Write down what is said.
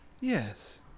Yes